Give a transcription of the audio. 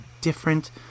different